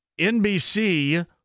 NBC